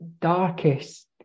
darkest